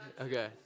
Okay